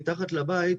מתחת לבית,